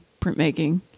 printmaking